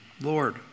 Lord